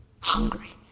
hungry